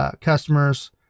customers